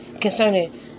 concerning